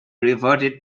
reverted